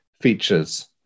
features